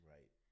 Right